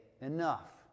enough